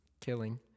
killing